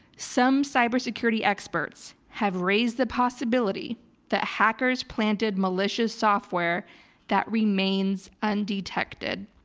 some cybersecurity experts have raised the possibility that hackers planted malicious software that remains undetected.